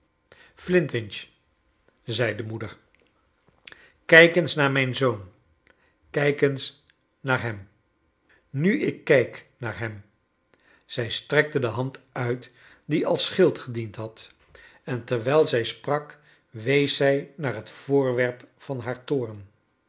flintwinch j zei de moeder kijk eens naar mijn zoon kijk eens naar hem nu ik kijk naar hem zij strekte de hand uit die als schild gediend had en terwijl zij sprak wees zrj naar het voorwerp van haar toorn